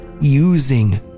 using